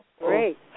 Great